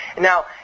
Now